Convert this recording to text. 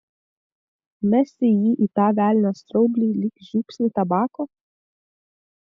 mesti jį į tą velnio straublį lyg žiupsnį tabako